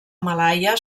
malaia